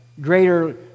greater